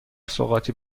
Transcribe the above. سوغاتی